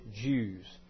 Jews